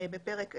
בפרק ה',